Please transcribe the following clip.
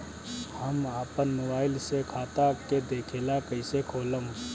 हम आपन मोबाइल से खाता के देखेला कइसे खोलम?